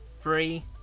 Three